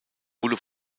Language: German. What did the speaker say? wurde